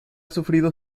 sufrido